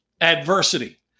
adversity